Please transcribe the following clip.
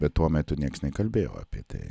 bet tuo metu niekas nekalbėjo apie tai